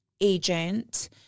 agent